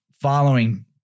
following